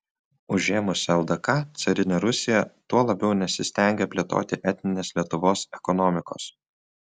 užėmusi ldk carinė rusija tuo labiau nesistengė plėtoti etninės lietuvos ekonomikos